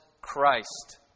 Christ